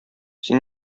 син